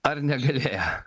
ar negalėjo